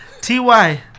TY